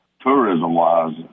tourism-wise